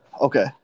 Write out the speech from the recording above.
Okay